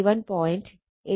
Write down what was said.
8o 121